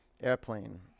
Airplane